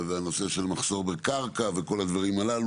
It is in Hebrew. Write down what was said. והנושא של מחסור בקרקע וכל הדברים האלה.